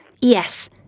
Yes